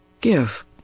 give